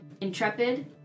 Intrepid